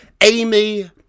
Amy